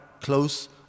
close